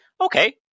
Okay